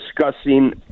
discussing